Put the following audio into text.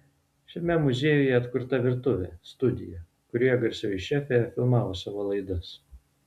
šiame muziejuje atkurta virtuvė studija kurioje garsioji šefė filmavo savo laidas